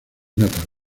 natal